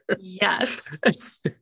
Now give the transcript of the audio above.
Yes